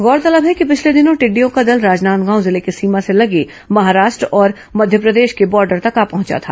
गौरतलब है कि पिछले दिनों टिडिडयों का दल राजनांदगांव जिले की सीमा से लगे महाराष्ट और मध्यप्रदेश की बार्डर तक आ पहंचा था